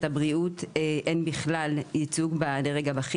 המדיניות שנדרשת כדי להגיע לייצוג הולם.